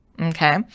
Okay